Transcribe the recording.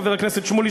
חבר הכנסת שמולי,